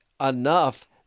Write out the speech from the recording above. enough